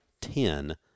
ten